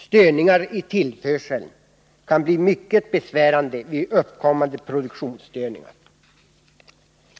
Störningar i tillförseln kan bli mycket besvärande vid uppkommande produktionsstörningar.